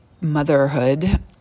motherhood